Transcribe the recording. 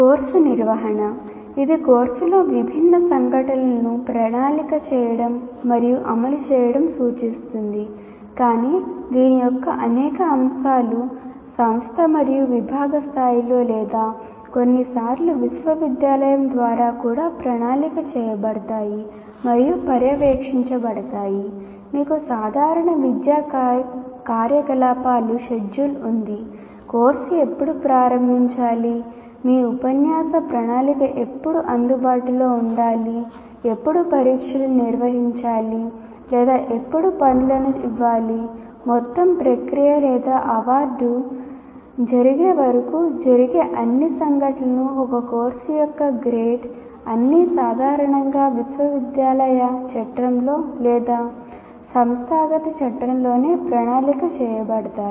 course నిర్వహణలోనే ప్రణాళిక చేయబడతాయి